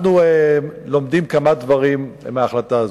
אנחנו לומדים כמה דברים מההחלטה הזאת.